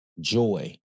joy